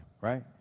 right